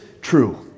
true